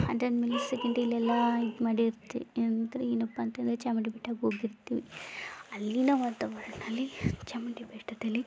ಅದಾದ್ಮೇಲೆ ಇದು ಮಾಡಿರ್ತಿ ಏನೆಂದ್ರೆ ಏನಪ್ಪಾ ಅಂತ ಅಂದ್ರೆ ಚಾಮುಂಡಿ ಬೆಟ್ಟಕ್ಕೆ ಹೋಗಿರ್ತೀವಿ ಅಲ್ಲಿನ ವಾತಾವರಣ ಅಲ್ಲಿ ಚಾಮುಂಡಿ ಬೆಟ್ಟದಲ್ಲಿ